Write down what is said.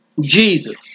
Jesus